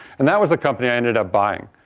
and that was the company i ended up buying.